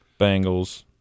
Bengals